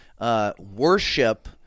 Worship